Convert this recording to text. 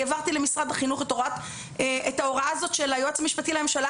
העברתי למשרד החינוך את ההוראה הזאת של היועץ המשפטי לממשלה,